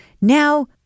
now